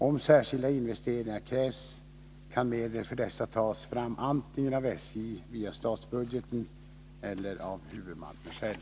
Om särskilda investeringar krävs kan medel för dessa tas fram antingen av SJ via statsbudgeten eller av huvudmannen själv.